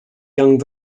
young